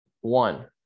one